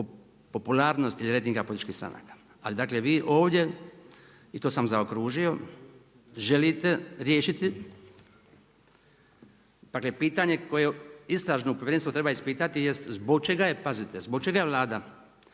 popularnosti rejtinga političkih stranaka. Ali vi ovdje i to sam zaokružio želite riješiti pitanje koje istražno povjerenstvo treba ispitati zbog čega je pazite zbog čega je Vlada